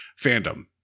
fandom